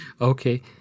Okay